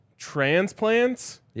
transplants